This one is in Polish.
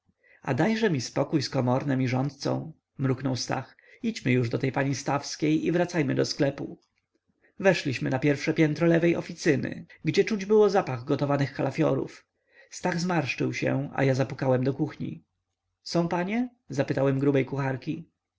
a dajże mi spokój z komornem i rządcą mruknął stach idźmy już do tej pani stawskiej i wracajmy do sklepu weszliśmy na pierwsze piętro lewej oficyny gdzie czuć było zapach gotowanych kalafiorów stach zmarszczył się a ja zapukałem do kuchni są panie zapytałem grubej kucharki